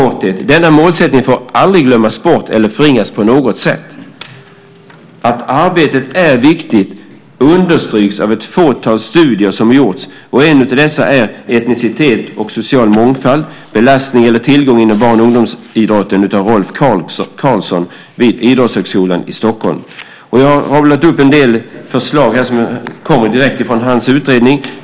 Denna målsättning får aldrig glömmas bort eller förringas på något sätt. Att arbetet är viktigt understryks av ett fåtal studier som gjorts. En av dessa är Etnicitet och social mångfald - belastning eller tillgång inom barn och ungdomsidrotten av Rolf Carlson vid Idrottshögskolan i Stockholm. Jag hade tänkt läsa upp en del förslag som kommer direkt från hans utredning.